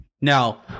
Now